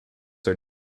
are